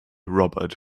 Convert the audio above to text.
robert